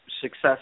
success